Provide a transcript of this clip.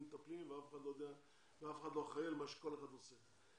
מטפלים ואין אחראי על מה שכל אחד עושה.